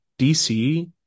DC